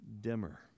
dimmer